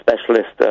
specialist